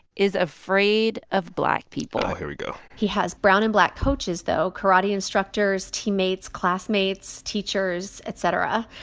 is afraid of black people here we go he has brown and black coaches, though, karate instructors, teammates, classmates, teachers, et cetera.